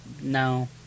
no